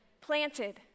Planted